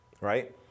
right